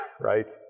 right